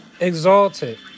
Exalted